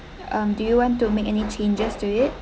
um do you want to make any changes to it